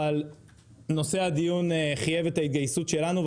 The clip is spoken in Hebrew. אבל נושא הדיון חייב את ההתגייסות שלנו.